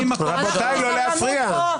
רבותיי, לא להפריע.